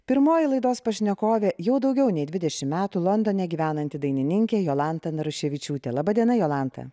pirmoji laidos pašnekovė jau daugiau nei dvidešimt metų londone gyvenanti dainininkė jolanta naruševičiūtė laba diena jolanta